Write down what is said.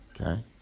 okay